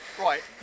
Right